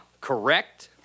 correct